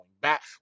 back